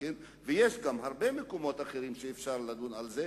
ויש הרבה מקומות אחרים שאפשר לדון בהם.